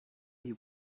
you